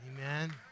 Amen